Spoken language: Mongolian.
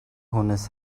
хүнээс